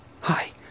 Hi